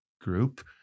group